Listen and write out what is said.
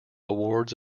awards